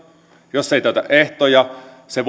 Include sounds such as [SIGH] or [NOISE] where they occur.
jos se ei täytä ehtoja se [UNINTELLIGIBLE]